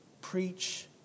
Preach